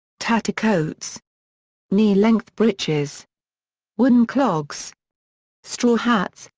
tatter-coats knee-length breeches wooden clogs straw hats,